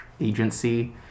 agency